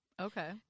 Okay